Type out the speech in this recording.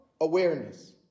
awareness